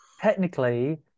technically